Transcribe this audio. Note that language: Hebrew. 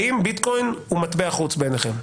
האם ביטקוין הוא מטבע חוץ בעיניכם?